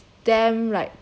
the voice ah is